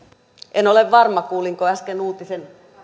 en ole varma kuulinko äsken uutisen